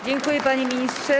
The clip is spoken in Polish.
Dziękuję, panie ministrze.